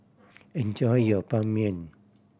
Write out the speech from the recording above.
enjoy your Ban Mian